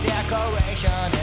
Decoration